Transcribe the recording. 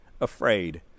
afraid